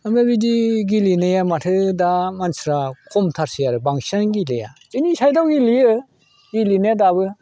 ओमफ्राय बिदि गेलेनाया माथो दा मानसिफ्रा खमथारसै आरो बांसिनानो गेलेया जोंनि साइडआव गेलेयो गेलेनाया दाबो